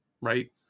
Right